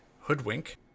Hoodwink